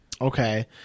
Okay